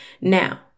Now